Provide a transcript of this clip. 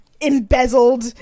embezzled